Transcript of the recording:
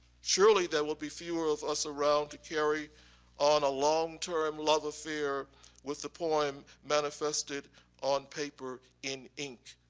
surely there will be fewer of us around to carry on a long-term love affair with the poem manifested on paper in ink.